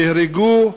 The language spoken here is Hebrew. נהרגו.